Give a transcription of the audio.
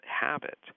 habit